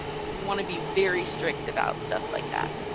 you want to be very strict about stuff like that.